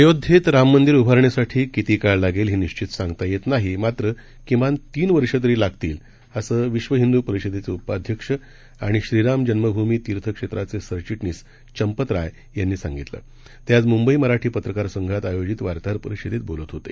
अयोध्येत राम मंदिर उभारणीसाठी किती काळ लागेल हे निश्वित सांगता येत नाही मात्र किमान तीन वर्षे तरी लागतील असे विश्व हिंदू परिषदेचे उपाध्यक्ष आणि श्रीराम जन्मभूमी तीर्थक्षेत्राचे सरचिटणीस चंपतराय यांनी सांगितलं ते आज मुंबई मराठी पत्रकार संघात आयोजित वार्ताहर परिषदेत बोलत होते